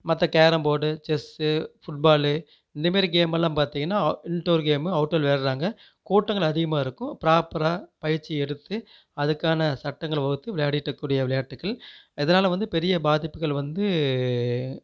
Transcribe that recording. மற்ற carrom board chess football இந்த மாரி கேம் எல்லாம் பார்த்தீங்கன்னா இன்டோர் கேம்மு அவுட்டோர் விளையாடுகிறாங்க கூட்டங்கள் அதிகமாக இருக்கும் ப்ராப்பராக பயிற்சி எடுத்து அதுக்கான சட்டங்களை வகுத்து விளையாடிட்டுக்கூடிய விளையாட்டுகள் இதனால வந்து பெரிய பாதிப்புகள் வந்து